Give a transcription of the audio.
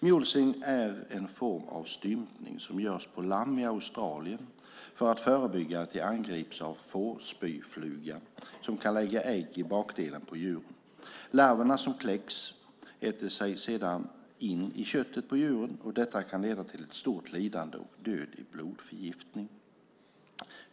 Mulesing är en form av stympning som görs på lamm i Australien för att förebygga att de angrips av fårspyflugan som kan lägga ägg i bakdelen på djuren. Larverna som kläcks äter sig sedan in i köttet på djuren, och detta kan leda till stort lidande och död i blodförgiftning.